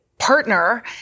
partner